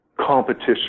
competition